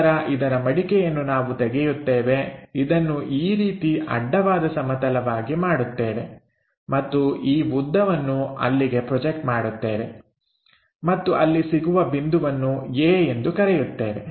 ನಂತರ ಇದರ ಮಡಿಕೆಯನ್ನು ನಾವು ತೆಗೆಯುತ್ತೇವೆ ಇದನ್ನು ಈ ರೀತಿ ಅಡ್ಡವಾದ ಸಮತಲವಾಗಿ ಮಾಡುತ್ತೇವೆ ಮತ್ತು ಈ ಉದ್ದವನ್ನು ಅಲ್ಲಿಗೆ ಪ್ರೊಜೆಕ್ಟ್ ಮಾಡುತ್ತೇವೆ ಮತ್ತು ಅಲ್ಲಿ ಸಿಗುವ ಬಿಂದುವನ್ನು a ಎಂದು ಕರೆಯುತ್ತೇವೆ